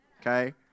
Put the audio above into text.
Okay